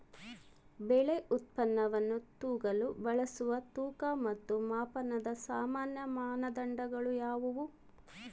ಬೆಳೆ ಉತ್ಪನ್ನವನ್ನು ತೂಗಲು ಬಳಸುವ ತೂಕ ಮತ್ತು ಮಾಪನದ ಸಾಮಾನ್ಯ ಮಾನದಂಡಗಳು ಯಾವುವು?